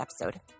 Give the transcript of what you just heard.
episode